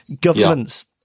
governments